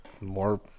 more